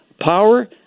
power